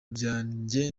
byanjye